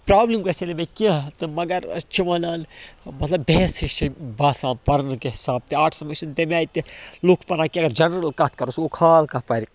problem گَژھِ ہہ نہٕ مےٚ کیٚنٛہہ تہٕ مَگر أسۍ چھِ وَنان مطلب بیس ہِش چھِ باسان پَرنہٕ کہِ حِساب تہِ آرٹسس منٛز چھِ تَمہِ آیہِ تہِ لُکھ پَران کہِ اگر جَنرَل کَتھ کَرو سُہ گوٚو کھال کانٛہہ پرِ